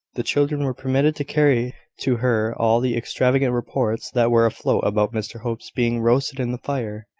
the children were permitted to carry to her all the extravagant reports that were afloat about mr hope being roasted in the fire,